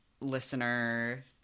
listener